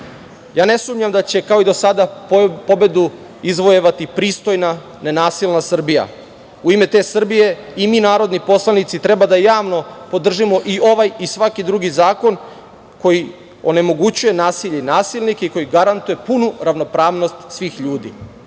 tame. Ne sumnjam da će kao i do sada pobedu izvojevati pristojna ne nastojna Srbija. U ime te Srbije i mi narodni poslanici treba javno da podržimo i ovaj i svaki drugi zakon koji onemoguće nasilje i nasilnike i koji garantuje punu ravnopravnost svih ljudi.